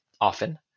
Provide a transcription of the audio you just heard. often